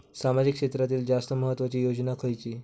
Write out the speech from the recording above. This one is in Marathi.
सामाजिक क्षेत्रांतील जास्त महत्त्वाची योजना खयची?